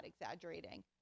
exaggerating